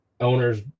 owners